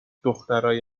دخترای